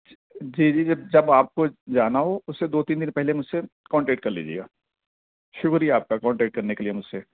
جی جی جب آپ کو جانا ہو اس سے دو تین دن پہلے مجھ سے کانٹیکٹ کر لیجیے گا شکریہ آپ کا کانٹیکٹ کرنے کے لیے مجھ سے